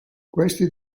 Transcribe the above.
questi